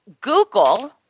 Google